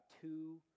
two